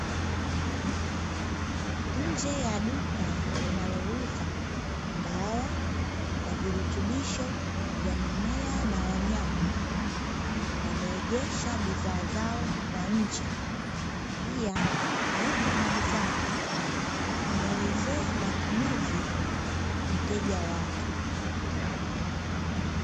Nje ya duka linalouza dawa na virutubisho vya mimea na wanyama, wameegesha bidhaa zao kwa nje, pia yupo muuzaji akimwelezea matumizi mteja wake.